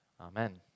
Amen